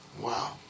Wow